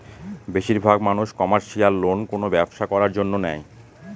বেশির ভাগ মানুষ কমার্শিয়াল লোন কোনো ব্যবসা করার জন্য নেয়